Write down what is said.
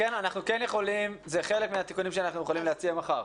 זה כן חלק מהתיקונים שאנחנו יכולים להציע מחר.